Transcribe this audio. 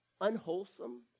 unwholesome